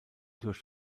durch